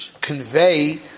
convey